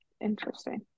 Interesting